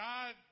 God